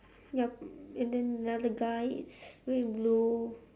yup and then another guy is wearing blue